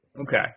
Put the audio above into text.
Okay